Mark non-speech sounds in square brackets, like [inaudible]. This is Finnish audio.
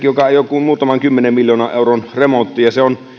[unintelligible] joka ei ole kuin muutaman kymmenen miljoonan euron remontti ja se on